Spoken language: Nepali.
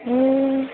ए